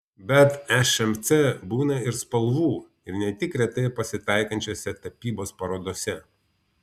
bet šmc būna ir spalvų ir ne tik retai pasitaikančiose tapybos parodose